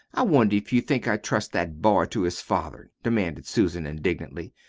i wonder if you think i'd trust that boy to his father? demanded susan indignantly.